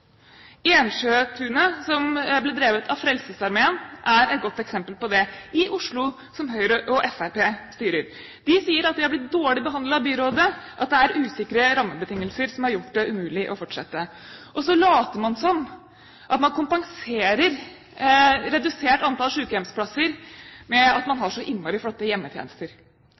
Ensjøtunet, som ble drevet av Frelsesarmeen, er et godt eksempel på det – i Oslo, som Høyre og Fremskrittspartiet styrer. De sier at de er blitt dårlig behandlet av byrådet, at det er usikre rammebetingelser som har gjort det umulig å fortsette. Og så later man som om man kompenserer redusert antall sykehjemsplasser med at man har så innmari flotte hjemmetjenester!